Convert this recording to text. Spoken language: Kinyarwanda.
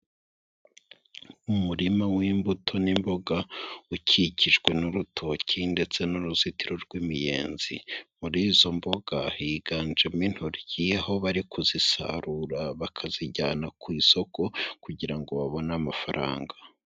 Umurima w'imbuto n'imboga ukikijwe n'urutoki ndetse n'uruzitiro rw'imiyenzi, muri izo mboga higanjemo intoryi aho bari kuzisarura bakazijyana ku isoko kugira ngo babone amafaranga.